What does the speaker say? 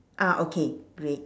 ah okay great